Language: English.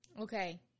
Okay